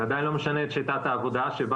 זה עדיין לא משנה את שיטת העבודה שבה